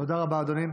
תודה רבה, אדוני.